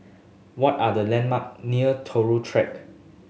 what are the landmark near Turut Track